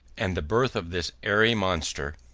and the birth of this airy monster,